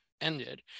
ended